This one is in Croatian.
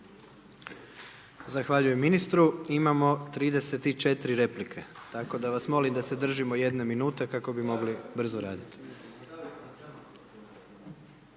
Zahvaljujem ministru. Imamo 34 replike tako da vas molim da se držimo jedne minute kako bi mogli brzo radit.